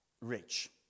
rich